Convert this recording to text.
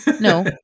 No